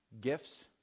gifts